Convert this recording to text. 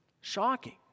Shocking